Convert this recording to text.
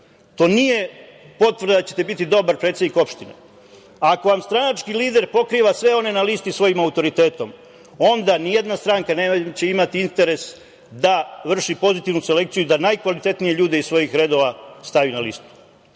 to nije potvrda da ćete biti dobar predsednik opštine. Ako vam stranački lider pokriva sve one na listi svojim autoritetom, onda ni jedna stranka neće imati interes da vrši pozitivnu selekciju i da najkvalitetnije ljude iz svojih redova stavi na listu. Dakle,